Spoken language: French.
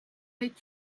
est